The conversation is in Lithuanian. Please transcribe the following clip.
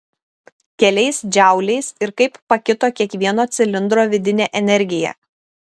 keliais džauliais ir kaip pakito kiekvieno cilindro vidinė energija